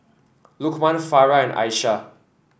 Lukman Farah and Aishah